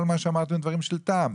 כל דבריכם דברי טעם,